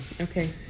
okay